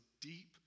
deep